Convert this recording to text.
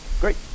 Great